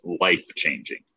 life-changing